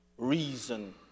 reason